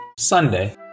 Sunday